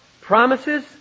Promises